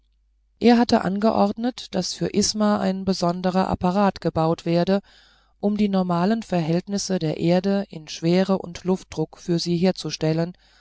er hatte angeordnet daß für isma ein besonderer apparat gebaut werde um die normalen verhältnisse der erde in schwere und luftdruck für sie herzustellen